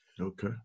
Okay